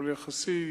אבל יחסי,